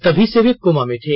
तभी से वे कोमा में थे